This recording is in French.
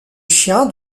chien